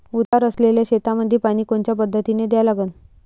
उतार असलेल्या शेतामंदी पानी कोनच्या पद्धतीने द्या लागन?